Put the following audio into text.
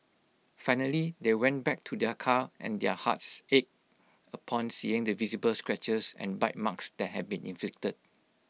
finally they went back to their car and their hearts's ached upon seeing the visible scratches and bite marks that had been inflicted